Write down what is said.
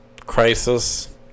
crisis